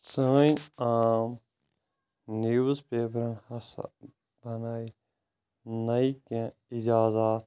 سٲنۍ عام نِوٕز پیپَرن ہسا بَناے نَے کیٚنٛہہ اِجازات